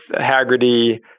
Haggerty